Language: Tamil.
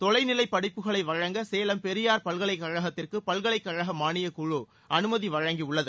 தொலைநிலை படிப்புகளை வழங்க சேலம் பெரியார் பல்கலைக் கழகத்திற்கு பல்கலைக் கழக மானியக் குழு அனுமதி வழங்கியுள்ளது